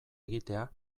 egitea